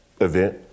event